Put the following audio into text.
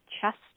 chest